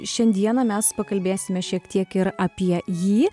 šiandieną mes pakalbėsime šiek tiek ir apie jį